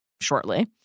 shortly